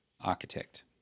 architect